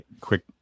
quick